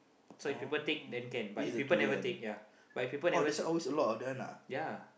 so if people take then can but if people never take ya but if people never ya